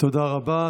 תודה רבה.